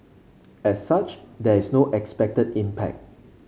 as such there is no expected impact